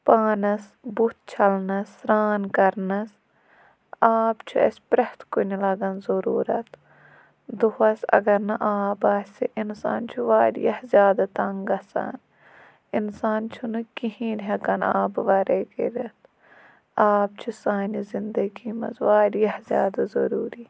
پانَس بُتھ چھَلنَس سرٛان کَرنَس آب چھُ اَسہِ پرٛٮ۪تھ کُنہِ لَگان ضٔروٗرت دۄہَس اگر نہٕ آب آسہِ اِنسان چھُ واریاہ زیادٕ تنٛگ گژھان اِنسان چھُنہٕ کِہیٖنۍ ہٮ۪کان آبہٕ وَرٲے کٔرِتھ آب چھُ سانہِ زندگی منٛز واریاہ زیادٕ ضٔروٗری